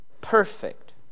perfect